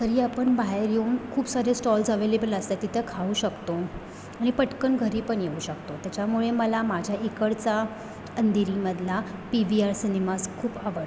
तरी आपण बाहेर येऊन खूप सारे स्टाॅल्स ॲवेलेबल असतात तिथं खाऊ शकतो आणि पटकन घरी पण येऊ शकतो त्याच्यामुळे मला माझ्या इकडचा अंधेरीमधला पी व्ही आर सिनेमाज खूप आवडतो